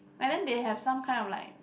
but then they have some kind of like